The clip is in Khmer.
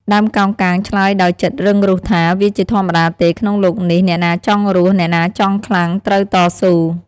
ដើមកោងកាងឆ្លើយដោយចិត្តរឹងរូសថា៖ "វាជាធម្មតាទេក្នុងលោកនេះ! អ្នកណាចង់រស់ អ្នកណាចង់ខ្លាំង ត្រូវតស៊ូ។